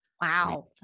wow